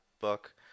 book